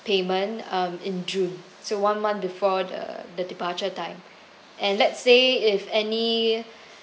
payment um in june so one month before the the departure time and let's say if any